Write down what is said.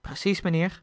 precies meneer